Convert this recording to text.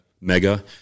Mega